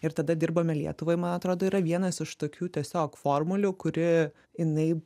ir tada dirbome lietuvai man atrodo yra vienas iš tokių tiesiog formulių kuri jinai